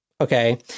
Okay